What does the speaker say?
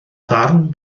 darn